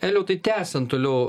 elijau tai tęsiant toliau